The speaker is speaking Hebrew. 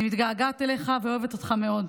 אני מתגעגעת אליך ואוהבת אותך מאוד.